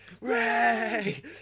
RAY